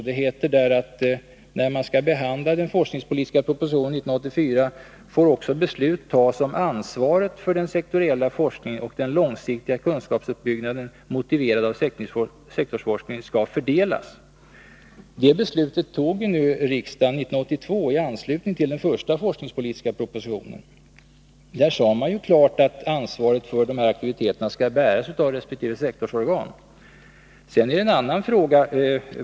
Det heter där att när man skall behandla den forskningspolitiska propositionen 1984 får också beslut tas om hur ansvaret för den sektoriella forskningen och den långsiktiga kunskapsuppbyggnaden motiverad av sektorsforskning skall fördelas. Det beslutet tog riksdagen 1982 i anslutning till den första forskningspolitiska propositionen. Man sade klart att ansvaret för dessa aktiviteter skall bäras av resp. sektorsorgan.